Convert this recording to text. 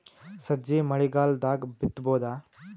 ಸಜ್ಜಿ ಮಳಿಗಾಲ್ ದಾಗ್ ಬಿತಬೋದ?